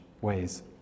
ways